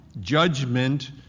Judgment